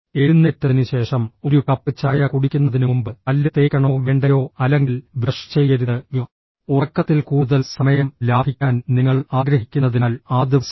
എഴുന്നേറ്റതിനുശേഷം ഒരു കപ്പ് ചായ കുടിക്കുന്നതിനുമുമ്പ് പല്ല് തേയ്ക്കണോ വേണ്ടയോ അല്ലെങ്കിൽ ബ്രഷ് ചെയ്യരുത് ഉറക്കത്തിൽ കൂടുതൽ സമയം ലാഭിക്കാൻ നിങ്ങൾ ആഗ്രഹിക്കുന്നതിനാൽ ആ ദിവസം